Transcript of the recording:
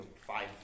five